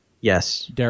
Yes